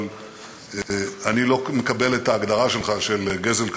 אבל אני לא מקבל את ההגדרה שלך של גזל קרקעות.